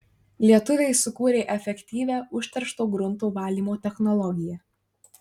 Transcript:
lietuviai sukūrė efektyvią užteršto grunto valymo technologiją